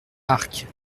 arques